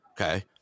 Okay